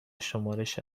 شمارش